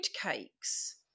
cakes